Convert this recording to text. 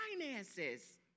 finances